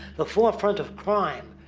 the forefront of crime.